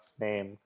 name